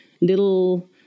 little